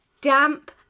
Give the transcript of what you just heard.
damp